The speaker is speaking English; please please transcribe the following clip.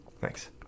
Thanks